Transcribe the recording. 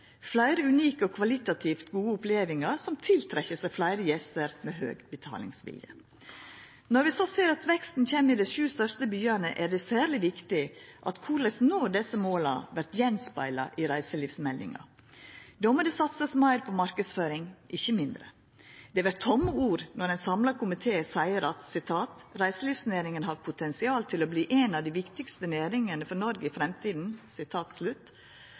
fleire unike og kvalitativt gode opplevingar som trekk til seg fleire gjestar med høg betalingsvilje Når vi så ser at veksten kjem i dei sju største byane, er det særleg viktig korleis desse måla no vert spegla av i reiselivsmeldinga. Då må det satsast meir på marknadsføring, ikkje mindre. Det vert tomme ord når ein samla komité seier at reiselivsnæringa «har et potensial til å bli en av de viktigste næringer for Norge i